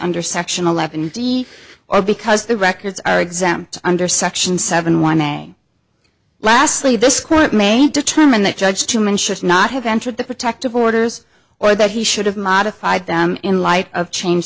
under section eleven d or because the records are exempt under section seven one may lastly this quote may determine that judge two men should not have entered the protective orders or that he should have modified them in light of change